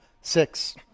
six